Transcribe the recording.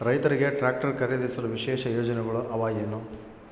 ರೈತರಿಗೆ ಟ್ರಾಕ್ಟರ್ ಖರೇದಿಸಲು ವಿಶೇಷ ಯೋಜನೆಗಳು ಅವ ಏನು?